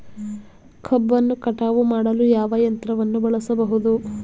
ಕಬ್ಬನ್ನು ಕಟಾವು ಮಾಡಲು ಯಾವ ಯಂತ್ರವನ್ನು ಬಳಸಬಹುದು?